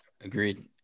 Agreed